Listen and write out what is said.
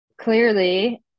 clearly